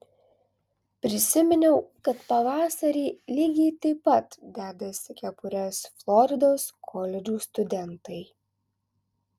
prisiminiau kad pavasarį lygiai taip pat dedasi kepures floridos koledžų studentai